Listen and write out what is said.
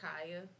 Kaya